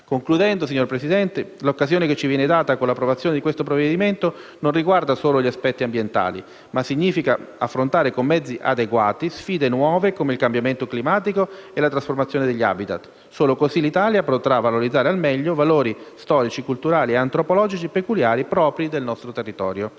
Concludendo, signora Presidente, l'occasione che ci viene data con l'approvazione di questo provvedimento non solo riguarda gli aspetti ambientali, ma significa anche affrontare con mezzi adeguati sfide nuove come il cambiamento climatico e la trasformazione degli *habitat*: solo così l'Italia potrà valorizzare al meglio valori storici, culturali e antropologici peculiari propri del suo territorio.